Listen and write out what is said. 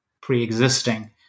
pre-existing